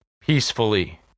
peacefully